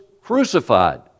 crucified